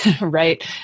right